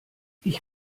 ich